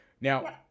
Now